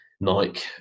Nike